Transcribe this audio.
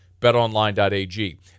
BetOnline.ag